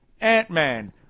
ant-man